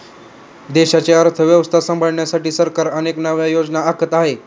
देशाची अर्थव्यवस्था सांभाळण्यासाठी सरकार अनेक नव्या योजना आखत आहे